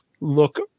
look